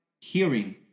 hearing